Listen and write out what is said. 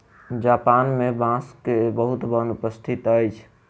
Japan मे बांस के बहुत वन उपस्थित अछि